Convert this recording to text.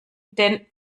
den